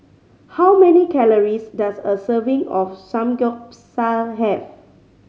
how many calories does a serving of Samgyeopsal have